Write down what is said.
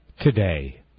today